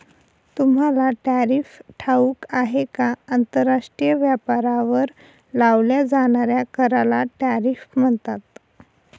तुम्हाला टॅरिफ ठाऊक आहे का? आंतरराष्ट्रीय व्यापारावर लावल्या जाणाऱ्या कराला टॅरिफ म्हणतात